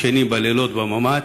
ישנים בלילות בממ"ד,